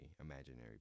imaginary